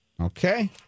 okay